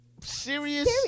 Serious